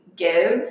give